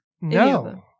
No